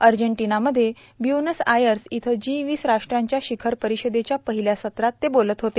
अर्जेंटिनामध्ये Buenos Aires इथं G वीस राष्ट्रांच्या शिखर परिषदेच्या पहिल्या सत्रात ते बोलत होते